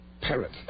parrot